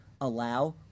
allow